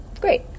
Great